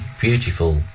beautiful